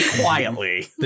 quietly